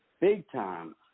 big-time